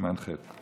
סימן ח':